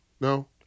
No